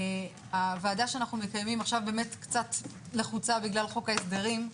הוועדה שאנחנו מקיימים עכשיו באמת קצת לחוצה בגלל חוק ההסדרים.